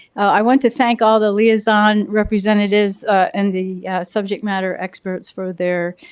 i want to thank all the liaison representatives and the subject matter experts for their